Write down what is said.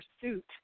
pursuit